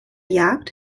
jagd